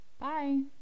Bye